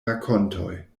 rakontoj